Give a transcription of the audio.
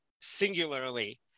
singularly